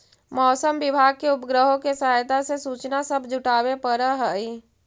मौसम विभाग के उपग्रहों के सहायता से सूचना सब जुटाबे पड़ हई